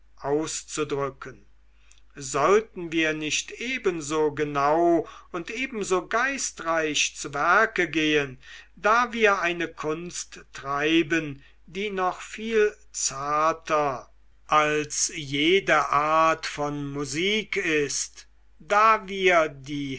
auszudrücken sollten wir nicht ebenso genau und ebenso geistreich zu werke gehen da wir eine kunst treiben die noch viel zarter als jede art von musik ist da wir die